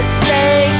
say